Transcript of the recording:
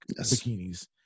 bikinis